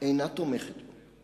אינה תומכת בו,